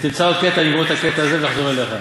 תמצא עוד קטע, נגמור את הקטע הזה ונחזור אליך.